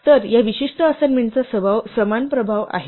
तर या विशिष्ट असाइनमेंटचा समान प्रभाव आहे